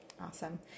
Awesome